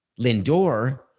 Lindor